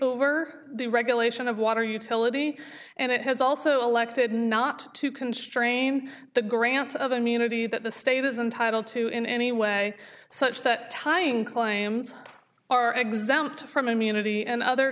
over the regulation of water utility and it has also elected not to constrain the grant of immunity that the state is entitle to in any way such that tying claims are exempt from immunity and other